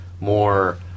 More